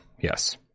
Yes